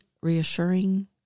reassuring